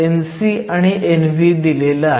Nc आणि Nv दिलेलं आहे